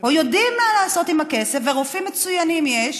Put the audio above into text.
או יודעים מה לעשות עם הכסף, ורופאים מצוינים יש,